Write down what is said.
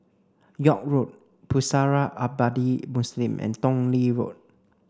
York Road Pusara Abadi Muslim and Tong Lee Road